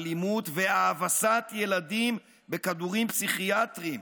אלימות והאבסת ילדים בכדורים פסיכיאטריים